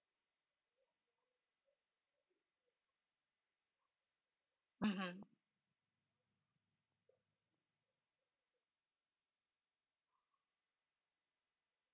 mmhmm